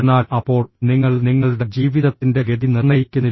എന്നാൽ അപ്പോൾ നിങ്ങൾ നിങ്ങളുടെ ജീവിതത്തിന്റെ ഗതി നിർണ്ണയിക്കുന്നില്ല